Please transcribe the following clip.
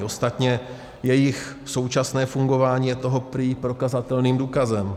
Ostatně jejich současné fungování je toho prý prokazatelným důkazem.